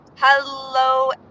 hello